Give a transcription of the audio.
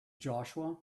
joshua